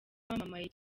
wamamaye